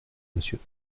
monsieur